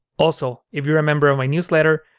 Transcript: also, if you're a member of my newsletter,